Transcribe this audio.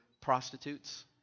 prostitutes